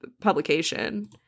publication